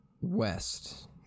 west